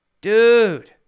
dude